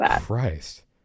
Christ